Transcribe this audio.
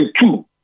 two